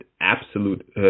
absolute